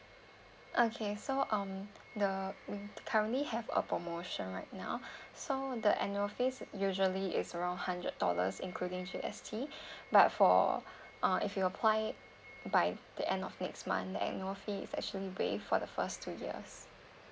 okay so um the currently have a promotion right now so the annual fee usually is around hundred dollars including G_S_T but for uh if you apply it by the end of next month the annual fee is actually waive for the first two years